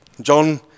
John